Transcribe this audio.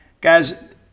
Guys